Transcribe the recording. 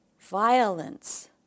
Violence